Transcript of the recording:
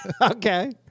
Okay